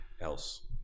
else